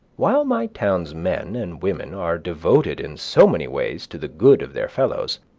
while my townsmen and women are devoted in so many ways to the good of their fellows,